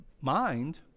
mind